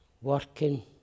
working